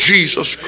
Jesus